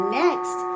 next